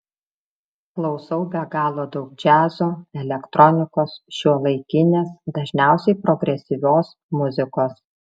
klausau be galo daug džiazo elektronikos šiuolaikinės dažniausiai progresyvios muzikos